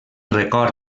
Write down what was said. record